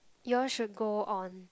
you all should go on